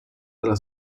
dalla